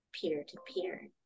peer-to-peer